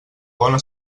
bona